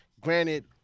Granted